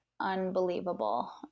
unbelievable